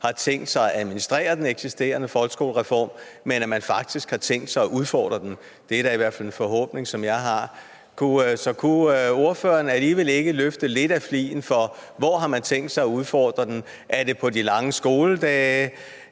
har tænkt sig at administrere den eksisterende folkeskolereform, men at man faktisk har tænkt sig at udfordre den. Det er da i hvert fald en forhåbning, som jeg har. Så kunne ordføreren alligevel ikke løfte lidt af sløret for, hvor man har tænkt sig at udfordre den? Er det på de lange skoledage?